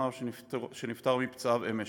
שנפטר מפצעיו אמש,